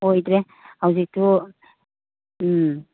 ꯑꯣꯏꯗ꯭ꯔꯦ ꯍꯧꯖꯤꯛꯁꯨ ꯎꯝ